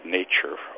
nature